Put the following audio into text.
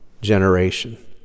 generation